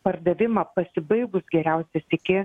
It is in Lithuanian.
pardavimą pasibaigus geriausias tiki